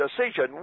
decision